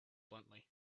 bluntly